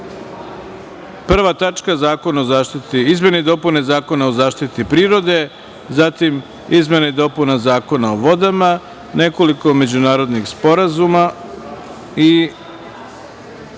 reda. Prva tačka je izmena i dopuna Zakona o zaštiti prirode, zatim izmene i dopune Zakona o vodama, nekoliko međunarodnih sporazuma i